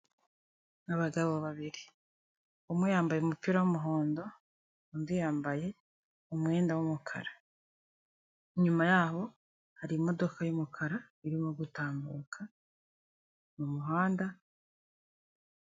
Abagabo babiri; umwe yambaye umupira w'umuhondo undi yambaye umwenda w'umukara; inyuma yaho hari imodoka y'umukara irimo gutambuka mu muhanda.